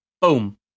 boom